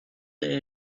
they